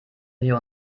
wir